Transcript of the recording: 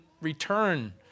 return